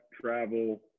travel